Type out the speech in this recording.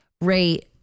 Rate